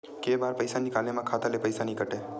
के बार पईसा निकले मा खाता ले पईसा नई काटे?